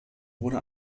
wurde